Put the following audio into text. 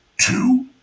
two